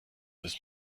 ist